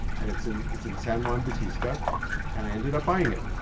and it's in it's in san juan batista and i ended up buying it.